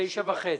בתשע וחצי.